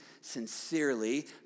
sincerely